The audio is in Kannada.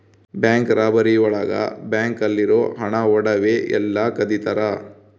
ಬ್ಯಾಂಕ್ ರಾಬರಿ ಒಳಗ ಬ್ಯಾಂಕ್ ಅಲ್ಲಿರೋ ಹಣ ಒಡವೆ ಎಲ್ಲ ಕದಿತರ